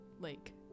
lake